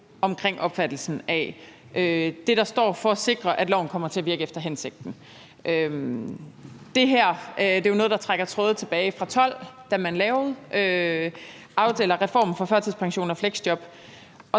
om opfattelsen af det, der står, for at sikre, at loven kommer til at virke efter hensigten. Det her er jo noget, der trækker tråde tilbage til 2012, da man lavede aftalen om reform af førtidspension og fleksjob,